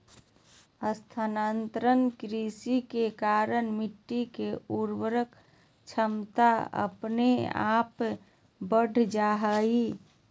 स्थानांतरण कृषि के कारण मिट्टी के उर्वरक क्षमता अपने आप बढ़ जा हय